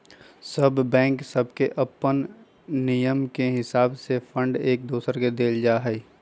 सभ बैंक सभके अप्पन नियम के हिसावे से फंड एक दोसर के देल जाइ छइ